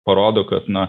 parodo kad na